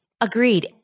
Agreed